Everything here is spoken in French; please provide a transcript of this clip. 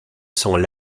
sens